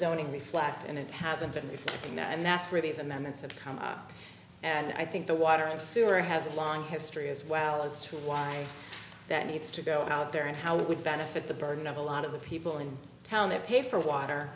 zoning reflect and it hasn't been doing that and that's where these amendments that come up and i think the water and sewer has a long history as well as to why that it's to go out there and how it would benefit the burden of a lot of the people in town that pay for water